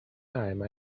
time